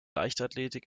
leichtathletik